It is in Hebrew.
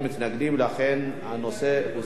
לכן הנושא הוסר מסדר-היום.